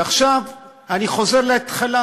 עכשיו אני חוזר להתחלה.